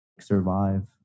survive